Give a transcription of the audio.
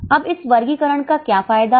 अब इस वर्गीकरण का क्या फायदा है